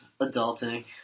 Adulting